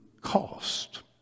cost